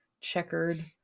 checkered